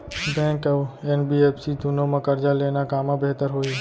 Bank अऊ NBFC दूनो मा करजा लेना कामा बेहतर होही?